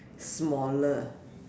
smaller